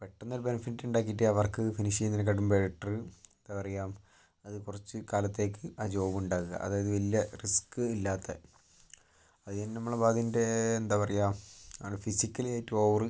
പെട്ടെന്ന് ബെനഫിറ്റ് ഉണ്ടാക്കിയിട്ട് ആ വർക്ക് ഫിനിഷ് ചെയ്യുന്നതിനെക്കാളും ബെറ്റർ എന്താ പറയുക അത് കുറച്ചു കാലത്തേക്ക് ആ ജോബ് ഉണ്ടാകുക അതായത് വലിയ റിസ്ക് ഇല്ലാത്ത അത് കഴിഞ്ഞ് നമ്മൾ അതിൻ്റെ എന്താ പറയുക അത് ഫിസിക്കലി ആയിട്ട് ഓവർ